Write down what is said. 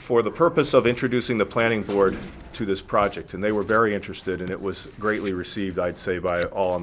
for the purpose of introducing the planning board to this project and they were very interested and it was greatly received i'd say by all in the